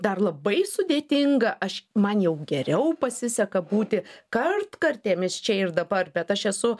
dar labai sudėtinga aš man jau geriau pasiseka būti kartkartėmis čia ir dabar bet aš esu